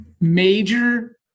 major